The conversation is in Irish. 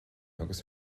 agus